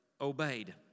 obeyed